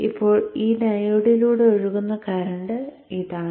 ഇപ്പോൾ ഈ ഡയോഡിലൂടെ ഒഴുകുന്ന കറന്റ് ഇതാണ്